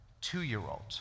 two-year-old